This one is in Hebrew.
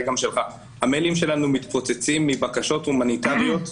גם שלך מתפוצצים מבקשות הומניטריות,